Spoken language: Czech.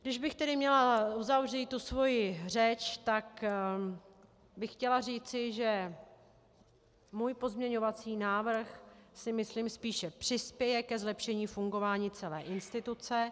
Kdybych měla uzavřít svoji řeč, tak bych chtěla říci, že můj pozměňovací návrh, si myslím, spíše přispěje ke zlepšení fungování celé instituce.